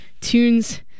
tunes